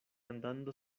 andando